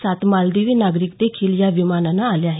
सात मालदिवी नागरिक देखील या विमानानं आले आहेत